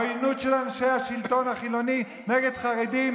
העוינות של אנשי השלטון החילוני נגד חרדים